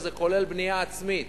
שזה כולל בנייה עצמית,